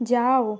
যাও